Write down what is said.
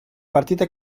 partite